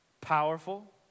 Powerful